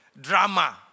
drama